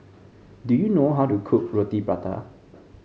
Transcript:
do you know how to cook Roti Prata